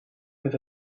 met